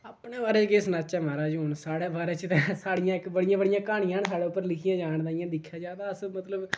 अपने बारे च केह् सनाचै म्हाराज हून साढ़े बारे च ते साढ़ियां इक बड़ियां बड़ियां क्हानियां न साढ़े उप्पर लिखियां जान ते दिक्खेआ जा ते अस मतलब